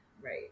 Right